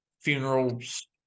funerals